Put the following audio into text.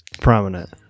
Prominent